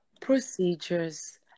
procedures